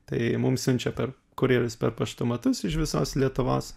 tai mum siunčia per kurjerius per paštomatus iš visos lietuvos